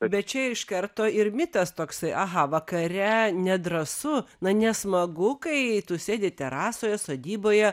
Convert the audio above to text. bet čia iš karto ir mitas toksai aha vakare nedrąsu na nesmagu kai tu sėdi terasoje sodyboje